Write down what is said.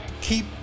Keep